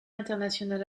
international